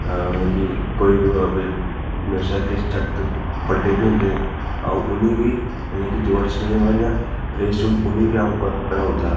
मतलब कि कोई बी होऐ कोई म्हेशां किश जागत बड्डे बी होंदे अ'ऊं उ'नें बी मतलब कि जोर च नेईं होऐ इ'यां रेस उ'नें गी बी अ'ऊं हराई ओड़दा